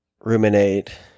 ruminate